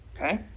Okay